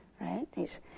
right